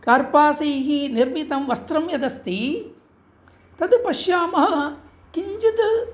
कर्पासैः निर्मितं वस्त्रं यदस्ति तद् पश्यामः किञ्चित्